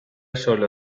sólo